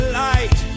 light